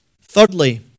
Thirdly